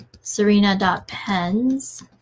serena.pens